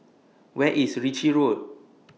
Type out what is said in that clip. Where IS Ritchie Road